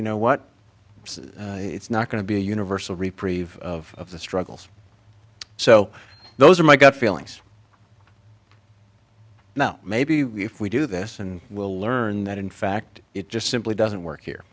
you know what it's not going to be a universal reprieve of the struggles so those are my gut feelings now maybe if we do this and we'll learn that in fact it just simply doesn't work here